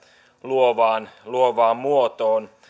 luovaan luovaan muotoon